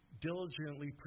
diligently